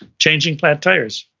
changing flat tires,